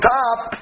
top